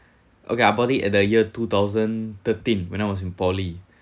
okay I bought it at the year two thousand thirteen when I was in poly